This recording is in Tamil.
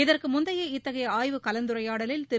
இதற்கு முந்தைய இத்தகைய ஆய்வு கலந்துரையாடலில் திரு